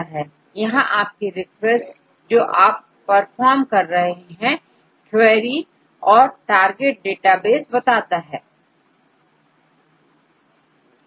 यहां आपकी रिक्वेस्ट जो आप परफॉर्म कर रहे हैंक्वैरी और टारगेट डेटाबेस बताता है